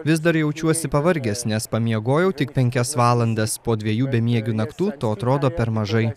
vis dar jaučiuosi pavargęs nes pamiegojau tik penkias valandas po dviejų bemiegių naktų to atrodo per mažai